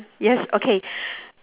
yes okay